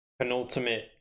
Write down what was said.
penultimate